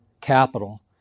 capital